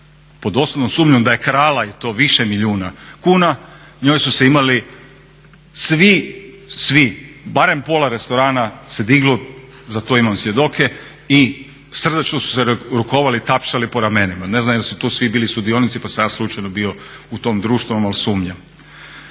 pod osnovnom sumnjom da je krala i to više milijuna kuna njoj su se imali svi, svi barem pola restorana se diglo, za to imam svjedoke, i srdačno su se rukovali i tapšali po ramenima. Ne znam jesu to bili sudionici pa sam ja slučajno bio u tom društvu, ali sumnjam.